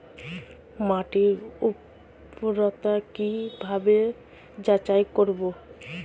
মাটির উর্বরতা কি ভাবে যাচাই করব?